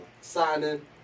Signing